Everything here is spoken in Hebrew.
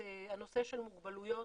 הנושא של מוגבלויות,